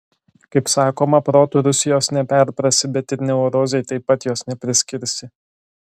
kaip sakoma protu rusijos neperprasi bet ir neurozei taip pat jos nepriskirsi